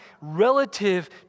relative